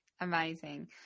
Amazing